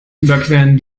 überqueren